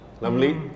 lovely